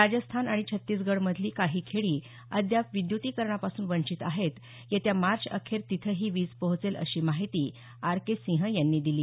राजस्थान आणि छत्तीसगडमधली काही खेडी अद्याप विद्युतीकरणापासून वंचित आहेत येत्या मार्चअखेर तिथंही वीज पोहोचल अशी माहिती आर के सिंह यांनी दिली